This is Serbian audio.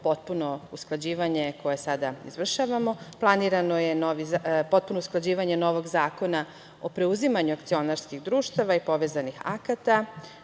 potpuno usklađivanje koje sada izvršavamo. Planirano je potpuno usklađivanje novog zakona o preuzimanju akcionarskih društava i povezanih akata.